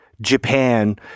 japan